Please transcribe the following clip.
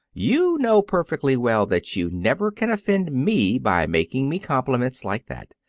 you know perfectly well that you never can offend me by making me compliments like that.